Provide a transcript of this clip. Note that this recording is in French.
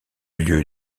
lieu